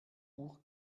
uhr